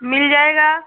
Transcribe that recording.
मिल जाएगा